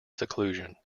seclusion